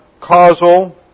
causal